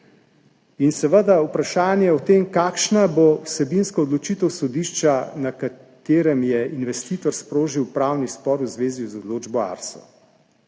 In seveda vprašanje o tem, kakšna bo vsebinska odločitev sodišča, na katerem je investitor sprožil upravni spor v zvezi z odločbo ARSO.